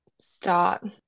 start